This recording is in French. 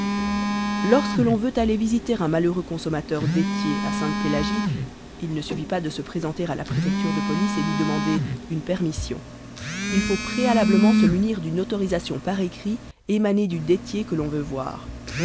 lorsque l'on veut aller visiter un malheureux consommateur dettier à sainte-pélagie il ne suffit pas de se présenter à la préfecture de police et d'y demander une permission il faut préalablement se munir d'une autorisation par écrit émanée du dettier que l'on veut voir